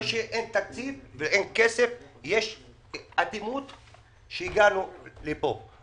לא שאין תקציב ואין כסף יש אטימות בזה שהגענו לפה.